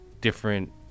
different